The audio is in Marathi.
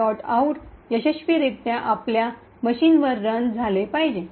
out यशस्वीरित्या आपल्या मशीनवर रन झाले पाहिजे